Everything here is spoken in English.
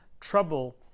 trouble